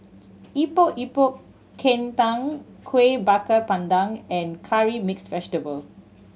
Epok Epok Kentang Kueh Bakar Pandan and Curry Mixed Vegetable